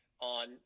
on